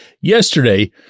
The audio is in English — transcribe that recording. yesterday